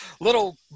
Little